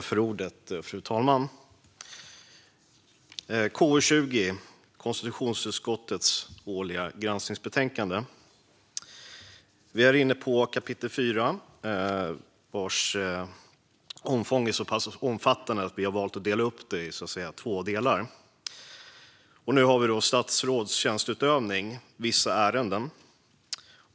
Fru talman! Vi debatterar konstitutionsutskottets årliga granskningsbetänkande KU20. Vi är inne på kapitel 4 vars omfång är så omfattande att vi har valt att dela upp det i två delar. Nu debatterar vi delen som heter Statsråds tjänsteutövning: vissa ärenden .